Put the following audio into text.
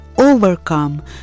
overcome